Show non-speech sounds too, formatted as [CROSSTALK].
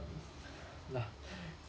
[BREATH]